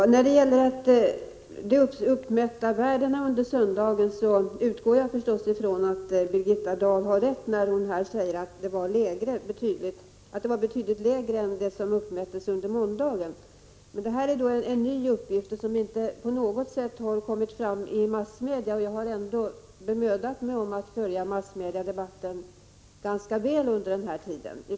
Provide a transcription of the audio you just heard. Herr talman! Jag utgår förstås från att Birgitta Dahl har rätt när hon här säger att de uppmätta värdena under söndagen var betydligt lägre än dem som uppmättes under måndagen. Men detta är en ny uppgift, som inte på något sätt har kommit fram i massmedia. Jag har ändå bemödat mig om att följa massmediadebatten ganska väl under den senaste tiden.